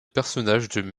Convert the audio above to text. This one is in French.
personnage